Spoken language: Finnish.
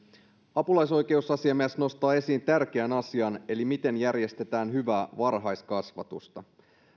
apulaisoikeusasiamies nostaa esiin tärkeän asian eli sen miten järjestetään hyvää varhaiskasvatusta